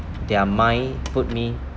their mind put me